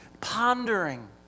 pondering